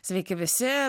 sveiki visi